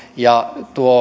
ja